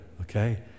okay